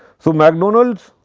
so, mcdonalds,